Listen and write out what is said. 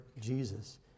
Jesus